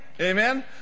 Amen